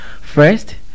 First